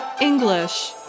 English